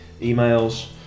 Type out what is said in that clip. emails